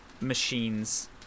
machines